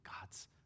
God's